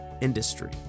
industry